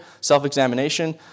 self-examination